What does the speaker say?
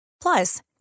Plus